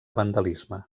vandalisme